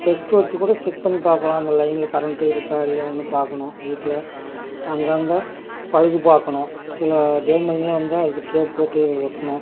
tester வச்சு கூட check பண்ணி பார்க்கலாம் அந்த லைனில் கரண்ட்டு இருக்கா இல்லையான்னு பார்க்கணும் வீட்டில் அங்கங்கே பழுது பார்க்கணும் சில டேமேஜ்லாம் இருந்தால் அதுக்கு டேப் போட்டு ஓட்டணும்